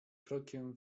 krokiem